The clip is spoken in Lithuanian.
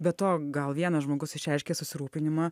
be to gal vienas žmogus išreiškė susirūpinimą